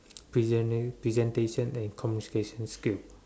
presentating presentation and communication skill